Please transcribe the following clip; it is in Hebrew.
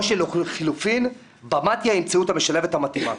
או שלחילופין במתי"א ימצאו את המשלבת המתאימה?